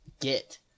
get